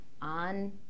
on